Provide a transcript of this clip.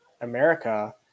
America